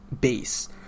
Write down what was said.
base